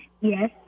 Yes